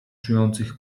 czujących